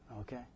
Okay